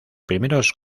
primeros